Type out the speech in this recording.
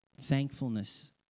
Thankfulness